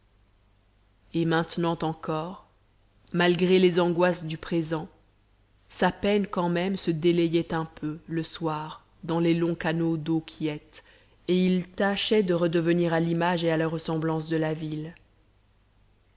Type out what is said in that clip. et maintenant encore malgré les angoisses du présent sa peine quand même se délayait un peu le soir dans les longs canaux d'eau quiète et il tâchait de redevenir à l'image et à la ressemblance de la ville